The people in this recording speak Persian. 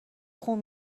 خون